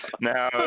Now